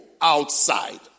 outside